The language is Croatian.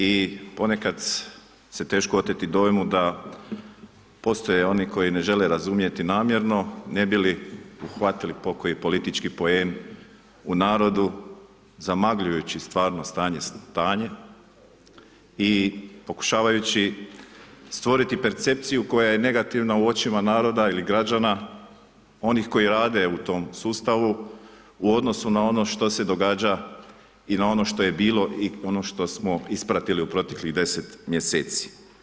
I ponekad se teško oteti dojmu da postoje oni koji ne žele razumjeti namjerno ne bi li uhvatili pokoji politički poen u narodu zamagljujući stvarno stanje i pokušavajući stvoriti percepciju koja je negativna u očima naroda ili građana, onih koji rade u tom sustavu u odnosu na ono što se događa i na ono što je bilo i ono što smo ispratili u proteklih 10 mjeseci.